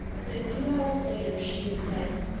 and a few hours later she was dead.